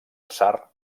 tsar